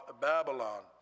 Babylon